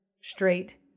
straight